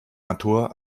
natur